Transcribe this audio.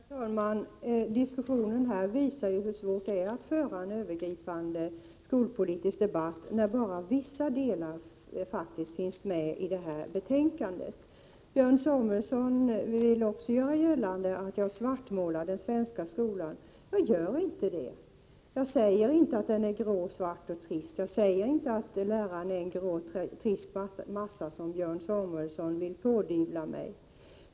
Herr talman! Diskussionen här visar hur svårt det är att föra en övergripande skolpolitisk debatt, när bara vissa delar finns med i betänkandet. Björn Samuelson vill också göra gällande att jag svartmålar den svenska skolan. Jag gör inte det. Jag säger inte att den är grå, svart och trist. Jag säger inte att lärarna är en grå och trist massa, vilket Samuelson vill pådyvla mig.